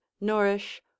nourish